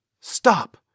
Stop